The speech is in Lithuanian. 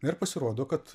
na ir pasirodo kad